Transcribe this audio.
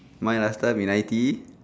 mine last time in I_T_E